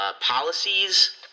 policies